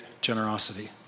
generosity